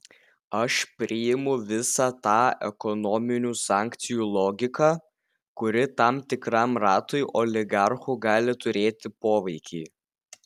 aš priimu visą tą ekonominių sankcijų logiką kuri tam tikram ratui oligarchų gali turėti poveikį